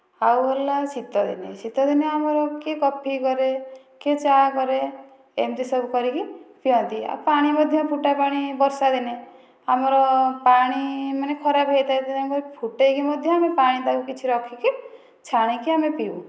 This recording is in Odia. ଆଉ ହେଲା ଶୀତଦିନେ ଶୀତଦିନେ ଆମର କିଏ କଫି କରେ କିଏ ଚା' କରେ ଏମିତି ସବୁ କରିକି ପିଅନ୍ତି ଆଉ ପାଣି ମଧ୍ୟ ଫୁଟାପାଣି ବର୍ଷାଦିନେ ଆମର ପାଣି ମାନେ ଖରାପ ହୋଇଥାଏ ଫୁଟାଇକି ମଧ୍ୟ ଆମେ ପାଣି ତାକୁ କିଛି ରଖିକି ଛାଣିକି ଆମେ ପିଉ